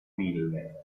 mille